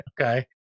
Okay